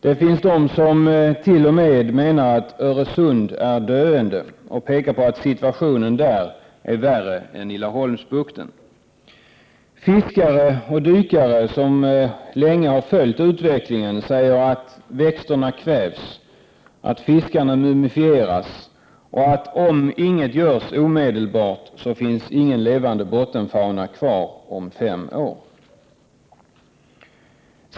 Det finns t.o.m. de som säger att Öresund är döende och menar att situationen där är värre än i Laholmsbukten. Fiskare och dykare som länge har följt utvecklingen säger att växterna kvävs, att fiskarna mumifieras och att om ingenting görs omedelbart finns ingen levande bottenfauna kvar om fem år.